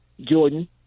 Jordan